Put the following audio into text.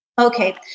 Okay